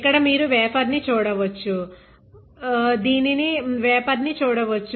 ఇక్కడ మీరు వేపర్ ని చూడవచ్చు